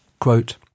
Quote